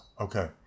Okay